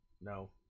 No